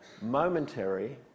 momentary